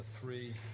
three